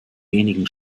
wenigen